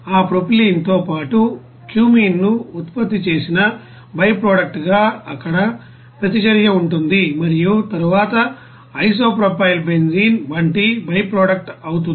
ఆ ప్రొపైలిన్తో పాటు క్యూమీన్ ను ఉత్పత్తి చేసిన బైప్రొడక్టు గా అక్కడ ప్రతిచర్య ఉంటుంది మరియు తరువాత ఐసోప్రొపైల్ బెంజీన్ వంటి బైప్రొడక్టు అవుతుంది